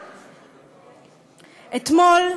אתמול,